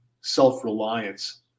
self-reliance